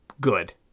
good